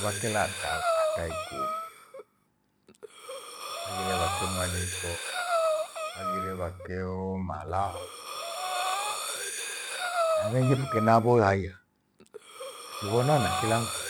vakela hata ikumi. Haghire vati mwaliko, haghire vakeo, malahoo na vengi fuke navo haia vichivonana kila mfiri